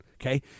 Okay